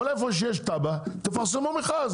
אבל איפה שיש תב"ע תפרסמו מכרז,